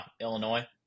Illinois